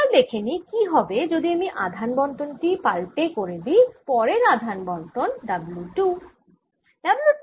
এবার দেখে নিই কি হবে যদি আমি আধান বণ্টন টি পাল্টে করে দিই পরের আধান বণ্টন W 2